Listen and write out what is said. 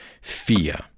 fear